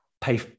pay